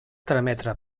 trametre